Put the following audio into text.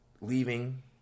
leaving